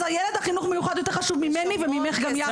אז הילד חינוך המיוחד יותר חשוב ממני וממך גם יחד.